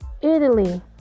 Italy